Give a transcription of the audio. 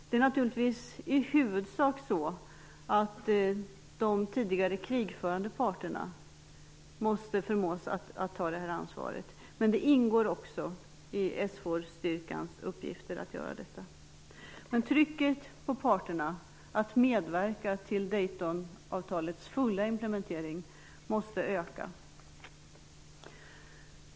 Det är naturligtvis i huvudsak de tidigare krigförande parterna som måste förmås att ta detta ansvar. Men det ingår också i SFOR-styrkans uppgifter att göra detta. Trycket på parterna att medverka till Daytonavtalets fulla implementering måste öka.